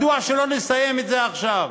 מדוע שלא נסיים את זה עכשיו?